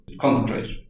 concentrate